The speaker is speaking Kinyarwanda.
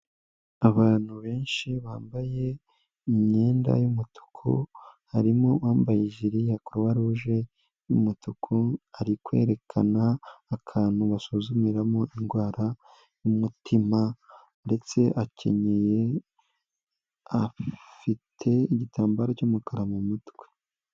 Abantu benshi bambaye imyenda y'umutuku, harimo uwambaye jiri ya Kuruwaruje y'umutuku, ari kwerekana akantu basuzumiramo indwara y'umutima, ndetse akenyeye igitambaro cy'umukara mumutwe.